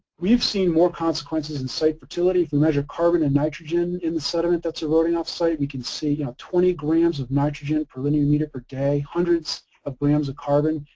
we've seen more consequences in site fertility through measured carbon and nitrogen in the sediment that's eroding off the site. we can see, you know, twenty grams of nitrogen per linear meter per day, hundreds of grams of carbon.